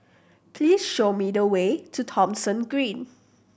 please show me the way to Thomson Green